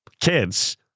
kids